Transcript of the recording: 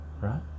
right